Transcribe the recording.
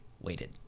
waited